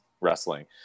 wrestling